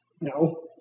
No